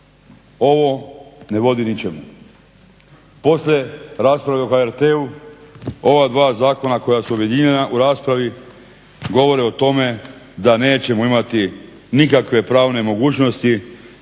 Ovo ne vodi ničemu. Poslije rasprave o HRT-u ova dva zakona koja su objedinjena u raspravi govore o tome da nećemo imati nikakve pravne mogućnosti